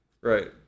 Right